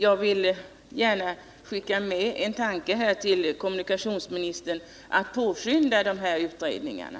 Jag vill i det sammanhanget gärna vidarebefordra en vädjan till kommunikationsministern att påskynda de här utredningarna.